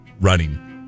running